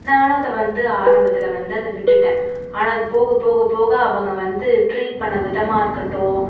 நானும் அத வந்து ஆரம்பத்துல வந்து விட்டுட்டேன் ஆனால் அது போக போக அவங்க வந்து ட்ரீட் பண்ண விதமாக இருக்கட்டும்